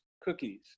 cookies